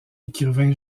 écrivain